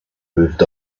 moved